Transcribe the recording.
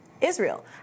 Israel